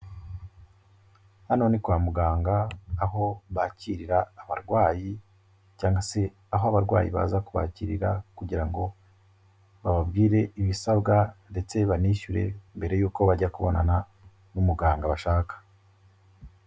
Hano ni kwa muganga aho bakirira abarwayi cyangwa se aho abarwayi baza kubakirira kugira ngo bababwire ibisabwa ndetse banishyure mbere y'uko bajya kubonana n'umuganga bashaka.